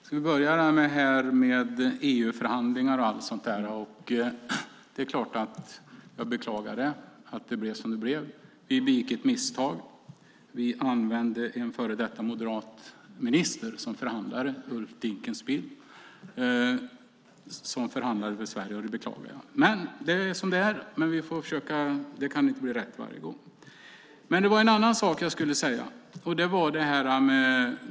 Fru talman! När det gäller EU-förhandlingen om införseln beklagar jag att det blev som det blev. Vi begick ett misstag. Vi använde en före detta moderat minister, Ulf Dinkelspiel, som förhandlare för Sverige. Det var beklagligt. Men nu är det som det är. Det kan inte bli rätt varje gång. Gunnar Andrén talar om skatt, skatt, skatt.